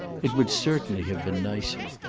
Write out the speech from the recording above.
it would certainly have been nicer.